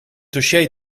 dossier